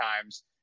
times